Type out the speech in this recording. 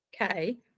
Okay